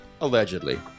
Allegedly